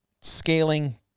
scaling